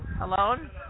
alone